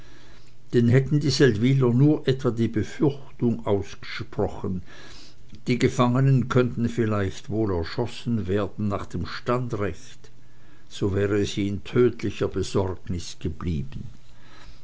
denn hätten die seldwyler nur etwa die befürchtung ausgesprochen die gefangenen könnten vielleicht wohl erschossen werden nach dem standrecht so wäre sie in tödlicher besorgnis geblieben